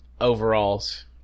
Overalls